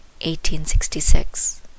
1866